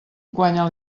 guanya